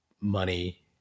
money